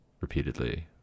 repeatedly